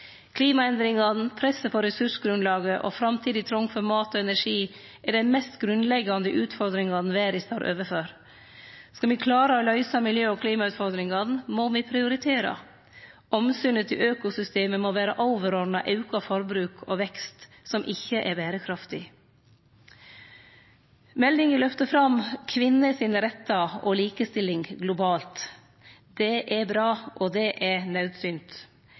Klimaendringane, presset på ressursgrunnlaget og framtidig trong for mat og energi er dei mest grunnleggjande utfordringane verda står overfor. Skal me klare å løyse miljø- og klimautfordringane, må me prioritere. Omsynet til økosystema må vere overordna auka forbruk og vekst som ikkje er berekraftig. Meldinga løftar fram kvinner sine rettar og likestilling globalt. Det er bra, og det er naudsynt.